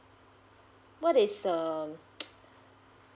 what is um